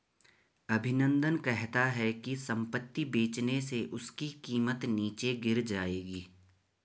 अभिनंदन कहता है कि संपत्ति बेचने से उसकी कीमत नीचे गिर जाएगी